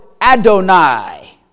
Adonai